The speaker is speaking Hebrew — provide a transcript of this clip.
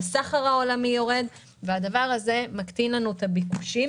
הסחר העולמי יורד וזה מקטין את הביקושים